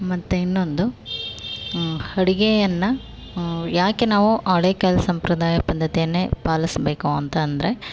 ಮತ್ತು ಇನ್ನೊಂದು ಅಡುಗೆಯನ್ನ ಯಾಕೆ ನಾವು ಹಳೇ ಕಾಲದ ಸಂಪ್ರದಾಯ ಪದ್ಧತಿಯನ್ನೇ ಪಾಲಿಸಬೇಕು ಅಂತಂದರೆ